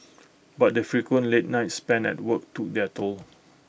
but the frequent late nights spent at work took their toll